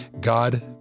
God